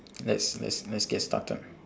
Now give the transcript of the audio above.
let's let's let's get started